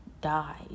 died